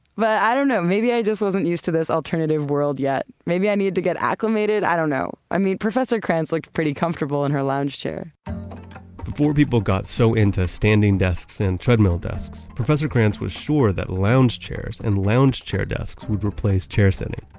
but i don't know, maybe i just wasn't used to this alternative world yet. maybe i need to get acclimated. i don't know. i mean, professor cranz looked pretty comfortable in her lounge chair before people got so into standing desks and treadmill desks. professor cranz was sure that lounge chairs and lounge chair desks, would replace chair sitting.